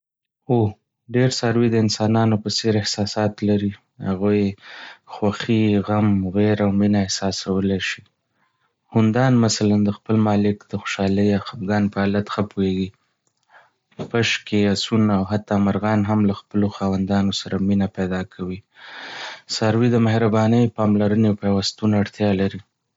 هو، ډېر څاروي د انسانانو په څېر احساسات لري. هغوی خوښي، غم، ویره او مینه احساسولای شي. هوندان مثلاً د خپل مالک د خوشحالۍ یا خپګان په حالت ښه پوهېږي. پشکې، اسونه، او حتی مرغان هم له خپلو خاوندانو سره مینه پیدا کوي. څاروي د مهربانۍ، پاملرنې او پیوستون اړتیا لري.